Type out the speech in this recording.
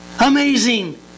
amazing